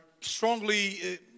strongly